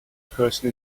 person